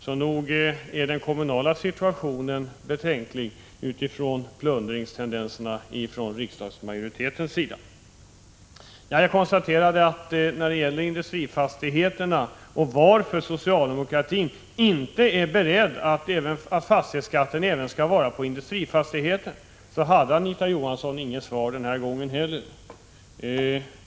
Så nog är den kommunala situationen betänklig med tanke på de plundringstendenser som riksdagsmajoriteten har visat prov på. Jag frågade varför socialdemokratin inte är beredd att ta ut fastighetsskatt även på industrifastigheter, och jag konstaterar att Anita Johansson inte hade något svar den här gången heller.